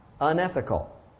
unethical